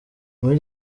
muri